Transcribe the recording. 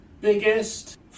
biggest